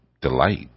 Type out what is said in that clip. delight